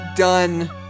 done